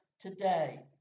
today